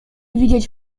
widzieć